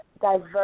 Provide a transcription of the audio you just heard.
diverse